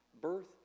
birth